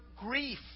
grief